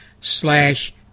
slash